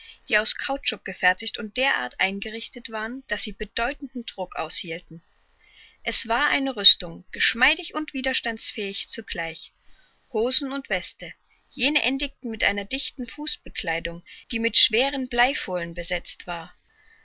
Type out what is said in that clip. die aus kautschuk gefertigt und der art eingerichtet waren daß sie bedeutenden druck aushielten es war eine rüstung geschmeidig und widerstandsfähig zugleich hosen und weste jene endigten mit einer dichten fußbekleidung die mit schweren bleifohlen besetzt war